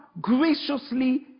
graciously